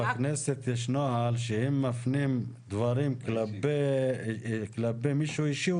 בכנסת יש נוהל שאם מפנים דברים כלפי מישהו אישית,